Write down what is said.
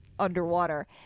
underwater